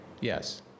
Yes